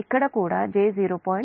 ఇక్కడ j 0